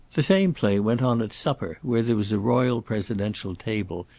the same play went on at supper, where there was a royal-presidential table,